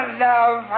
love